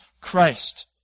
Christ